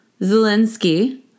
Zelensky